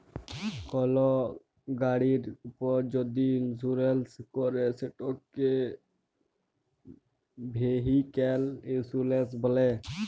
call গাড়ির উপর যদি ইলসুরেলস ক্যরে সেটকে ভেহিক্যাল ইলসুরেলস ব্যলে